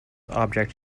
object